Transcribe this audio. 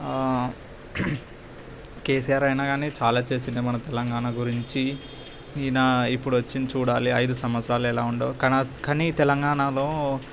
కేసీఆర్ అయినా కానీ చాలా చేసి వుండే మన తెలంగాణ గురించి ఈయనా ఇప్పుడు వచ్చింది చూడాలి ఐదు సంవత్సరాలు ఎలా ఉండో కానా కానీ తెలంగాణలో